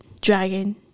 dragon